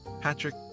Patrick